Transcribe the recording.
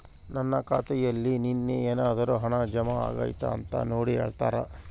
ನನ್ನ ಖಾತೆಯಲ್ಲಿ ನಿನ್ನೆ ಏನಾದರೂ ಹಣ ಜಮಾ ಆಗೈತಾ ಅಂತ ನೋಡಿ ಹೇಳ್ತೇರಾ?